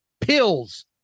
pills